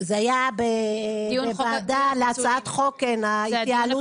זה היה בוועדה להצעת חוק ההתייעלות